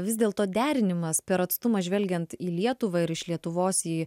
vis dėlto derinimas per atstumą žvelgiant į lietuvą ir iš lietuvos į